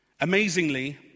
Amazingly